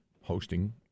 hosting